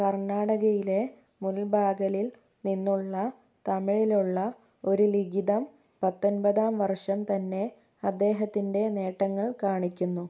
കർണാടകയിലെ മുൽബാഗലിൽ നിന്നുള്ള തമിഴിലുള്ള ഒരു ലിഖിതം പത്തൊമ്പതാം വർഷം തന്നെ അദ്ദേഹത്തിൻ്റെ നേട്ടങ്ങൾ കാണിക്കുന്നു